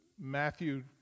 Matthew